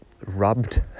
rubbed